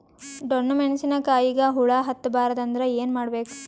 ಡೊಣ್ಣ ಮೆಣಸಿನ ಕಾಯಿಗ ಹುಳ ಹತ್ತ ಬಾರದು ಅಂದರ ಏನ ಮಾಡಬೇಕು?